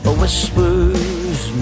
whispers